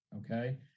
okay